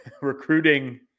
recruiting –